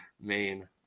main